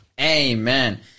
Amen